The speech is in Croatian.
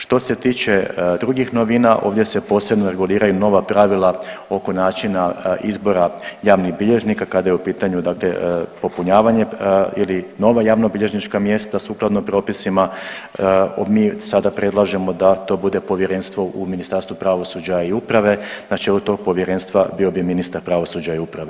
Što se tiče drugih novina ovdje se posebno reguliraju nova pravila oko načina izbora javnih bilježnika kada je u pitanju popunjavanje ili nova javnobilježnička mjesta sukladno propisima, a mi sada predlažemo da to bude povjerenstvo u Ministarstvu pravosuđa i uprave, na čelu tog povjerenstva bio bi ministar pravosuđa i uprave.